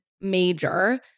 major